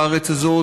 בארץ הזאת,